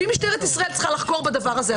ואם משטרת ישראל צריכה לחקור בדבר הזה,